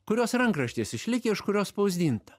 kurios rankraštis išlikę iš kurio spausdinta